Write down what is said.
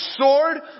sword